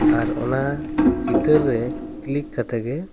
ᱟᱨ ᱚᱱᱟ ᱪᱤᱛᱟᱹᱨ ᱨᱮ ᱠᱞᱤᱠ ᱠᱟᱛᱮᱜ ᱜᱮ